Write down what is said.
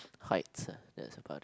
height uh that's about it